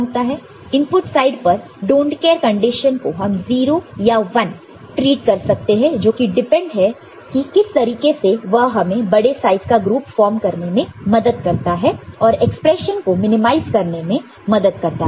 input side पर don't care condition को हम 0 या 1 ट्रीट कर सकते हैं जो कि डिपेंड है कि किस तरीके से वह हमें बड़े साइज का ग्रुप फॉर्म करने में मदद करता है और एक्सप्रेशन को मिनिमाइज करने में मदद करता है